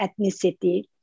ethnicity